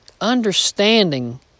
understanding